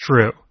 true